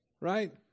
right